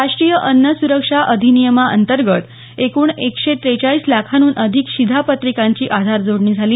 राष्ट्रीय अन्न सुरक्षा अधिनियमांतर्गंत एकूण एकशे त्रेचाळीस लाखांहून अधिक शिधापत्रिकांची आधार जोडणी झाली